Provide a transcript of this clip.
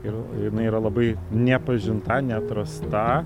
ir jinai yra labai nepažinta neatrasta